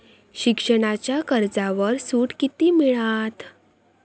शिक्षणाच्या कर्जावर सूट किती मिळात?